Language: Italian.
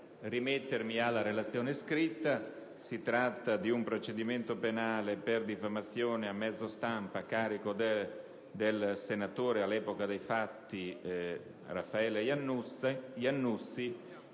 rimetto alla relazione scritta. Si tratta di un procedimento penale per diffamazione a mezzo stampa a carico del senatore all'epoca dei fatti Raffaele Iannuzzi